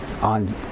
on